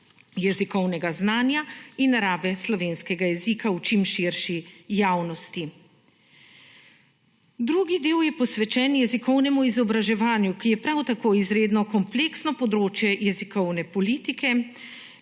jezikovnega znanja in rabe slovenskega jezika v čim širši javnosti. Drugi del je posvečen jezikovnemu izobraževanju, ki je prav tako izredno kompleksno področje jezikovne politike.